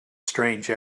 strange